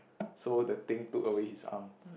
so the thing took away his arm